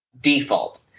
default